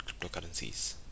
cryptocurrencies